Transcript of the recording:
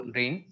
rain